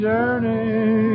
Journey